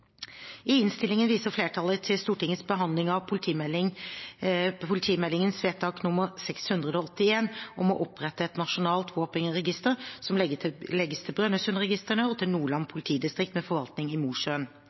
I innstillingen viser flertallet til Stortingets behandling av politimeldingen, vedtak 681, om å «opprette et nasjonalt våpenregister som legges til Brønnøysundregistrene og til Nordland politidistrikt med forvaltning i Mosjøen».